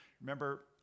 Remember